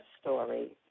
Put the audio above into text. story